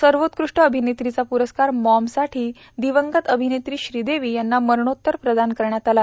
सर्वोत्कृष्ट अभिनेत्रीचा पुरस्कार मॉमसाठी दिवंगत अभिनेत्री श्रीदेवी यांना मरणोत्तर प्रदान करण्यात आला